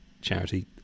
charity